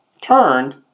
turned